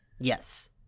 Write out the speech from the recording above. Yes